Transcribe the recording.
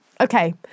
Okay